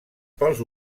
pels